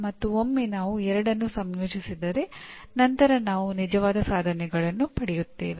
ಮತ್ತು ಒಮ್ಮೆ ನಾವು ಎರಡನ್ನು ಸಂಯೋಜಿಸಿದರೆ ನಂತರ ನಾವು ನಿಜವಾದ ಸಾಧನೆಗಳನ್ನು ಪಡೆಯುತ್ತೇವೆ